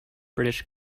british